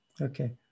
Okay